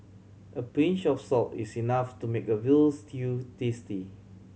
a pinch of salt is enough to make a veal stew tasty